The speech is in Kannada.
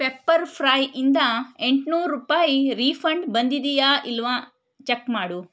ಪೆಪ್ಪರ್ಫ್ರೈಯಿಂದ ಎಂಟುನೂರು ರೂಪಾಯಿ ರೀಫಂಡ್ ಬಂದಿದ್ಯಾ ಇಲ್ವಾ ಚೆಕ್ ಮಾಡು